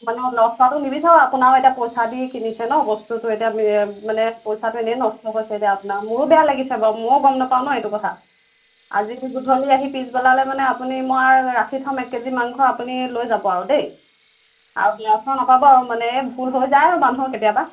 নখোৱাটো নিবিচাৰোঁ আপোনাৰ এতিয়া পইচা দি কিনিছে ন বস্তুটো এতিয়া মানে পইচাটো এনেই নষ্ট হৈছে এতিয়া আপোনাৰ মোৰো বেয়া লাগিছে বাৰু মইও গম নাপাওঁ ন এইটো কথা আজি গধূলি আহি পিছবেলালৈ মানে আপুনি মই ৰাখি থ'ম এক কেজি মাংস আপুনি লৈ যাব আৰু দেই আৰু বেয়া চেয়া নাপাব আৰু মানে এই ভুল হৈ যায় আৰু মানুহৰ কেতিয়াবা